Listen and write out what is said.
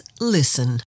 Listen